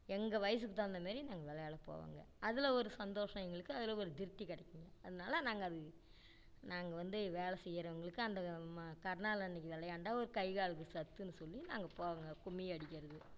எங்கள் வயசுக்குத் தகுந்த மாரி நாங்கள் விளையாடப் போவோங்க அதில் ஒரு சந்தோஷம் எங்களுக்கு அதில் ஒரு திருப்தி கிடைக்குங்க அதனால நாங்கள் அது நாங்கள் வந்து வேலை செய்கிறவங்களுக்கு அந்த ம கருநாள் அன்னைக்கு விளையாண்டா ஒரு கை காலுக்கு சத்துன்னு சொல்லி நாங்கள் போவோங்க கும்மி அடிக்கிறது